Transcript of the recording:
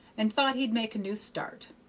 and thought he'd make a new start.